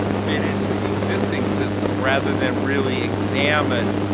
fit into the existing system rather than really examine